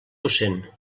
docent